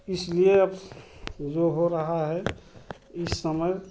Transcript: इसलिए अब जो हो रहा है इस समय